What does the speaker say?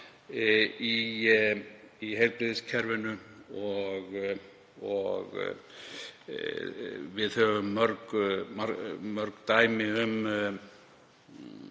í heilbrigðiskerfinu. Við höfum mörg dæmi um